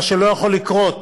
מה שלא יכול לקרות,